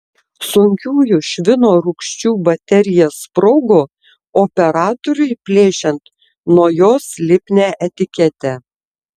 sunkiųjų švino rūgščių baterija sprogo operatoriui plėšiant nuo jos lipnią etiketę